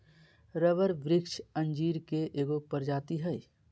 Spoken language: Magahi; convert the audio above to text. रबर वृक्ष अंजीर के एगो प्रजाति हइ